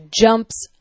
jumps